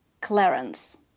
Clarence